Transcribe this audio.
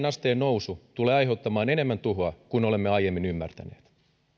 asteen nousu tulee aiheuttamaan enemmän tuhoa kuin olemme aiemmin ymmärtäneet